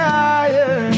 higher